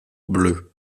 bleu